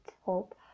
hope